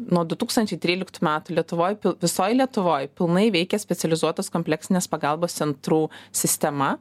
nuo du tūkstančiai tryliktų metų lietuvoj pil visoj lietuvoj pilnai veikia specializuotas kompleksinės pagalbos centrų sistema